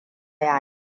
ya